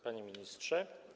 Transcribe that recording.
Panie Ministrze!